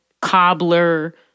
cobbler